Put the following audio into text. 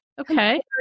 Okay